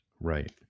Right